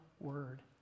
word